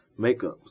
makeups